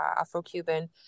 Afro-Cuban